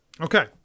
Okay